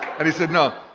and he said, no,